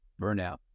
burnout